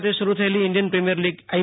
ખાતે શરૂ થયેલી ઈન્ડિયન પ્રિમીયર લીગ આઇ